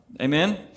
amen